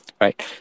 right